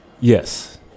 yes